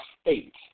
state